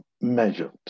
measured